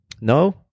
No